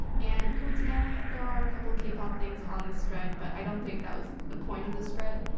and coincidentally, there are a couple k-pop things on the spread but i don't think that was the point of this spread,